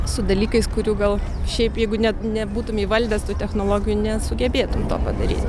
su dalykais kurių gal šiaip jeigu net nebūtum įvaldęs tų technologijų nesugebėtum to padaryt